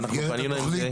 ואנחנו פנינו עם זה.